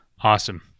Awesome